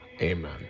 Amen